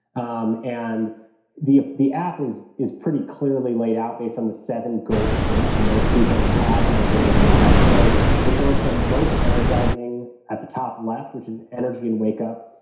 um and the the app is is pretty clearly laid out based on the seven goal states and most people will have in their day to day lives. so it goes from most energizing at the top left, which is energy and wake up,